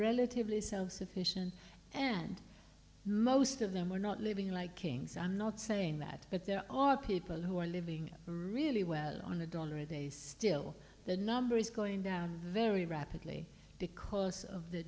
relatively self sufficient and most of them were not living like kings i'm not saying that but there are people who are living really well on the dollar they still the number is going down very rapidly because of the